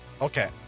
Okay